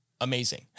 amazing